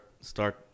start